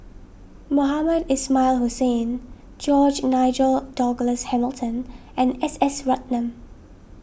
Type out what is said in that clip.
Mohamed Ismail Hussain George Nigel Douglas Hamilton and S S Ratnam